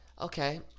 okay